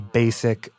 basic